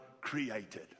created